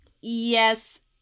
yes